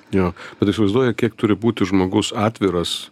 jo bet įsivaizduoji kiek turi būti žmogus atviras